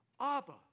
abba